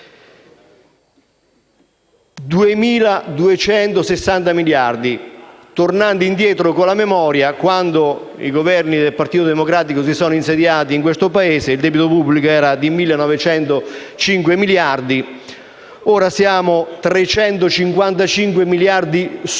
di 2.260 miliardi. Tornando indietro con la memoria, quando i Governi del Partito Democratico si sono insediati in questo Paese, il debito pubblico era di 1.905 miliardi; ora siamo a 355 miliardi sopra il